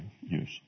use